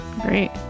Great